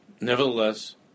Nevertheless